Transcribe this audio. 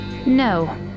No